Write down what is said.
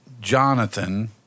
Jonathan